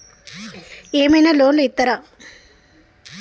ఏమైనా లోన్లు ఇత్తరా?